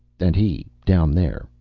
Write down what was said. and he, down there,